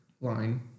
line